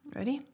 Ready